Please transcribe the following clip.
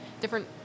different